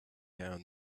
down